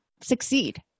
succeed